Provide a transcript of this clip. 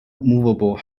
moveable